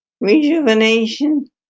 rejuvenation